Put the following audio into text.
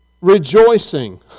Rejoicing